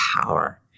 power